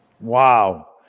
Wow